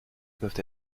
peuvent